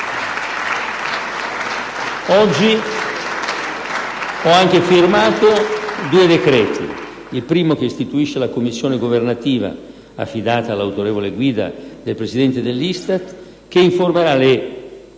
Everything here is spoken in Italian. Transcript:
Oggi ho anche firmato due decreti. Il primo istituisce la Commissione governativa, affidata all'autorevole guida del Presidente dell'ISTAT, che fornirà le